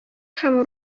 һәм